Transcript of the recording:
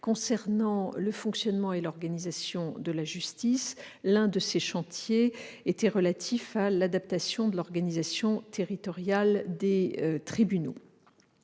concernant le fonctionnement et l'organisation de la justice, dont l'un est relatif à l'adaptation de l'organisation territoriale des tribunaux.